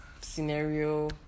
scenario